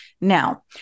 Now